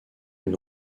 une